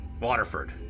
Waterford